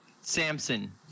Samson